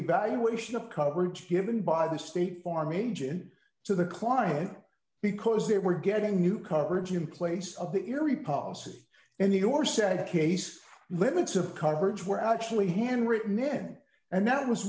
evaluation of coverage given by the state farm agent to the client because they were getting new coverage in place of the erie policy and your said case the limits of coverage were actually handwritten then and that was